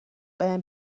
بهم